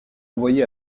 envoyé